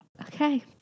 Okay